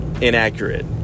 inaccurate